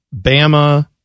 Bama